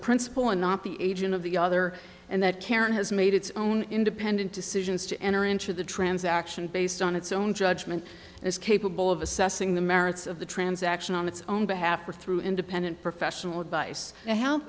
principle and not the agent of the other and that karen has made its own independent decisions to enter into the transaction based on its own judgment is capable of assessing the merits of the transaction on its own behalf or through independent professional advice